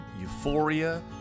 euphoria